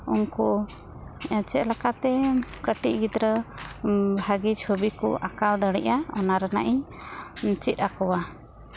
ᱩᱱᱠᱩ ᱪᱮᱫ ᱞᱮᱠᱟᱛᱮ ᱠᱟᱹᱴᱤᱡ ᱜᱤᱫᱽᱨᱟᱹ ᱵᱷᱟᱹᱜᱤ ᱪᱷᱚᱵᱤ ᱠᱚ ᱟᱸᱠᱟᱣ ᱫᱟᱲᱮᱭᱟᱜᱼᱟ ᱚᱱᱟ ᱨᱮᱱᱟᱜ ᱤᱧ ᱪᱮᱫ ᱟᱠᱚᱣᱟ